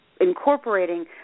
incorporating